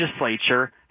legislature